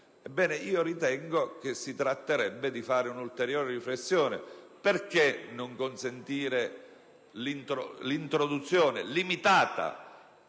Ebbene, io ritengo che si dovrebbe fare un'ulteriore riflessione: perché non consentire l'introduzione, limitata,